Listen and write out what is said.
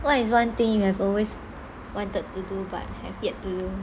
what is one thing you have always wanted to do but have yet to do